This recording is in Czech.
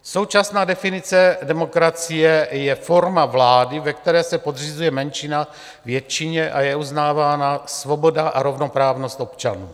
Současná definice demokracie je forma vlády, ve které se podřizuje menšina většině a je uznávána svoboda a rovnoprávnost občanů.